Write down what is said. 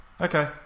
Okay